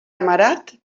amarat